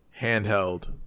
handheld